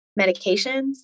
medications